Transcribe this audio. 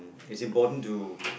is important to